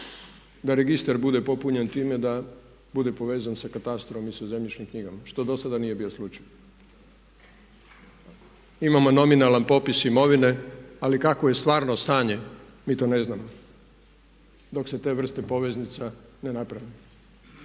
da registar bude popunjen time da bude povezan i sa katastrom i sa zemljišnim knjigama, što dosada nije bilo slučaj. Imamo nominalan popis imovine ali kakvo je stvarno stanje, mi to ne znamo dok se te vrste poveznica ne naprave.